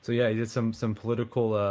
yeah he had some some political